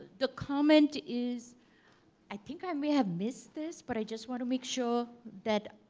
the comment is i think i may have missed this, but i just want to make sure that